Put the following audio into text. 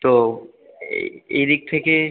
তো এই এই দিক থেকে